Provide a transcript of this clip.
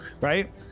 right